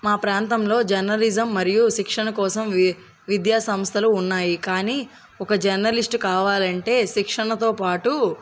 మా ప్రాంతంలో జర్నలిజం మరియు శిక్షణ కోసం వి విద్యా సంస్థలు ఉన్నాయి కానీ ఒక జర్నలిస్ట్ కావాలంటే శిక్షణతో పాటు